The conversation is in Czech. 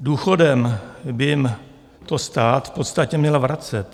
Důchodem by jim to stát v podstatě měl vracet.